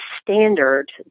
standard